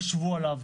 חשבו עליו,